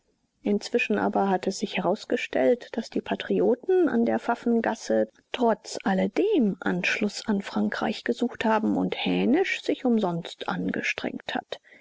inzwischen aber hat es sich herausgestellt daß die patrioten an der pfaffengasse trotz alledem anschluß an frankreich gesucht haben und hänisch sich umsonst angestrengt hat